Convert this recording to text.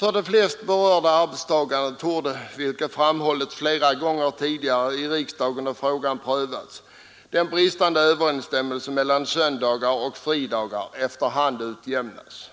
För de flesta berörda arbetstagare torde, vilket framhållits tidigare i riksdagen då frågan prövats, den bristande överensstämmelsen mellan söndagar och fridagar efter hand utjämnas.